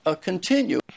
continue